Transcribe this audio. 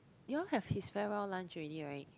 you all have his farewell lunch already right